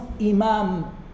Imam